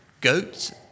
goats